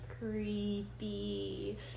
creepy